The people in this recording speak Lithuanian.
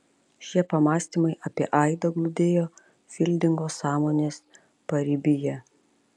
šie pamąstymai apie aidą glūdėjo fildingo sąmonės paribyje